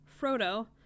frodo